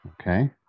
okay